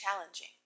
challenging